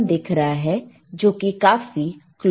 521 दिख रहा है जो कि काफी क्लोज है